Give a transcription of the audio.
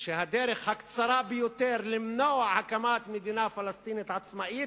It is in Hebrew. שהדרך הקצרה ביותר למנוע הקמת מדינה פלסטינית עצמאית,